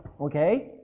Okay